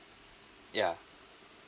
ya